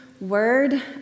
word